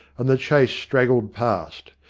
and the chase straggled past.